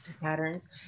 patterns